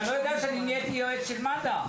אתה לא יודע שנהייתי יועץ של מד"א?